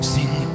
Sing